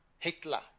Hitler